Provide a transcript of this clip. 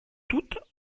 toutes